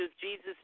Jesus